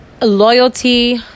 Loyalty